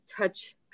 touch